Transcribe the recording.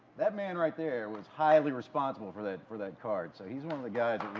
that man right there was highly responsible for that for that card. so he's one of the guys